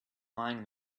lying